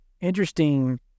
interesting